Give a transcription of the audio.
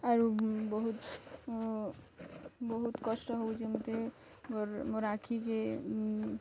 ଆରୁ ବହୁତ୍ ବହୁତ୍ କଷ୍ଟ ହଉଛେ ମୋତେ ଗରାଖିକେ